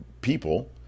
people